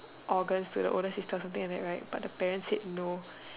organs to the older sister something like that right but the parent's said no